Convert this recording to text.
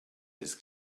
his